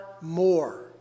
more